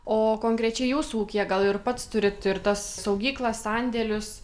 o konkrečiai jūsų ūkyje gal ir pats turit ir tas saugyklas sandėlius